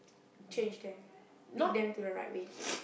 change them lead them to the right way